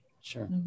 Sure